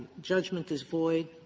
judgment is void,